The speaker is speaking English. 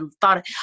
thought